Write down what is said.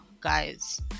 guys